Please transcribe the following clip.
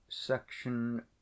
Section